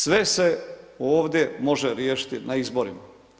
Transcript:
Sve se ovdje može riješiti na izborima.